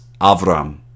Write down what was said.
Avram